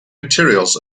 materials